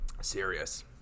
Serious